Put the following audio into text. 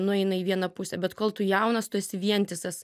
nueina į vieną pusę bet kol tu jaunas tu esi vientisas